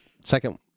second